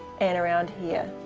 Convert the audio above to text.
and around here,